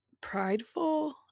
prideful